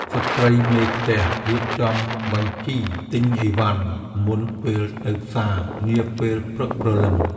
ស្ត្រីមេផ្ទះរៀបចំបញ្ជីទិញអីវ៉ាន់ មុនពេលទៅផ្សារនាពេលព្រឹកព្រលឹម។